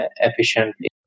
efficiently